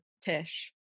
Tish